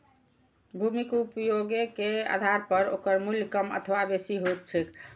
भूमिक उपयोगे के आधार पर ओकर मूल्य कम अथवा बेसी होइत छैक